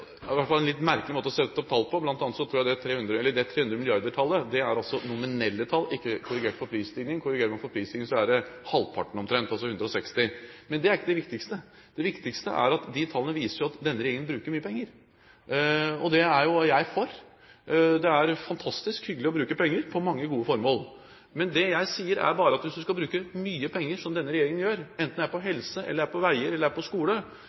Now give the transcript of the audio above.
i hvert fall er en litt merkelig måte å sette opp tall på. Blant annet tror jeg at 300 mrd. kr-tallet er det nominelle tall og ikke korrigert for prisstigning. Korrigerer man for prisstigning, er det omtrent halvparten, altså 160. Men det er ikke det viktigste. Det viktigste er at de tallene viser at denne regjeringen bruker mye penger, og det er jo jeg for – det er fantastisk hyggelig å bruke penger på mange gode formål. Men det jeg sier, er bare at hvis du skal bruke mye penger, som denne regjeringen gjør, enten det er på helse, på veier eller på skole,